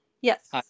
Yes